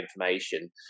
information